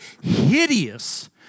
hideous